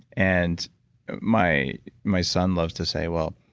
and my my son loves to say, well,